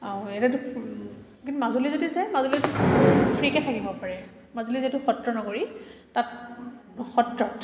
অঁ ইয়াতেটো কিন্তু মাজুলী যদি যায় মাজুলীত ফ্ৰীকে থাকিব পাৰে মাজুলী যিহেতু সত্ৰ নগৰী তাত সত্ৰত